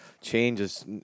changes